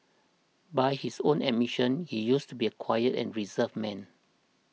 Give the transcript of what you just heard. by his own admission he used to be a quiet and reserved man